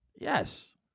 yes